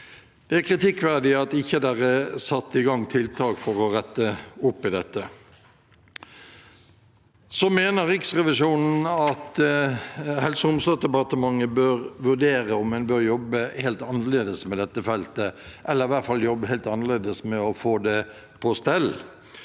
Det er kritikkverdig at det ikke er satt i gang tiltak for å rette opp i dette. Videre mener Riksrevisjonen at Helse- og omsorgsdepartementet bør vurdere om en bør jobbe helt annerledes med dette feltet, eller i hvert fall jobbe helt annerledes med å få det på stell.